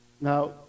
Now